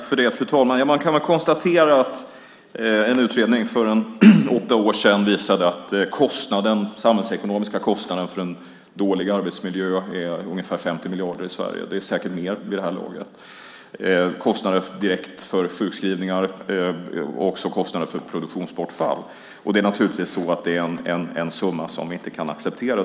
Fru talman! Man kan konstatera att en utredning för åtta år sedan visade att den samhällsekonomiska kostnaden för en dålig arbetsmiljö var ungefär 50 miljarder i Sverige. Den är säkert mer vid det här laget. Det är kostnader direkt för sjukskrivningar. Det är också kostnader för produktionsbortfall. Det är naturligtvis en summa som vi inte kan acceptera.